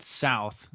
south